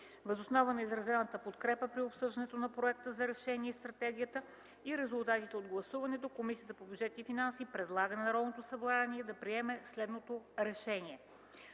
Въз основа на изразената подкрепа при обсъждането на проекта за решение и стратегията и резултатите от гласуването, Комисията по бюджет и финанси предлага на Народното събрание да приеме следното „РЕШЕНИЕ